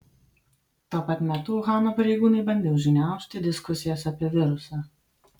tuo pat metu uhano pareigūnai bandė užgniaužti diskusijas apie virusą